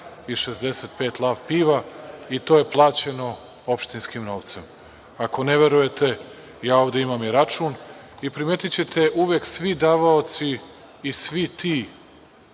i 65 Lav piva i to je plaćeno opštinskim novcem. Ako ne verujete, ja ovde imam i račun i primetićete uvek svi davaoci i svi ti